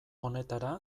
honetara